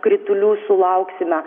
kritulių sulauksime